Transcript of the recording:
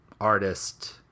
artist